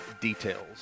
Details